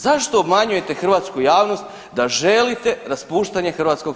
Zašto obmanjujete hrvatsku javnost da želite raspuštanje HS?